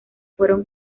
fueron